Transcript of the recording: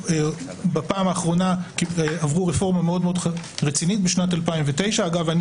שהפעם האחרונה שהן עברו רפורמה מאוד מאוד רצינית הייתה בשנת 2009. אגב,